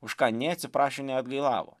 už ką nei atsiprašė nei atgailavo